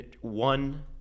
one